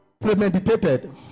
premeditated